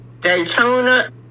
Daytona